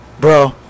bro